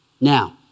Now